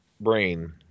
brain